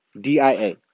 D-I-A